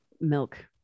milk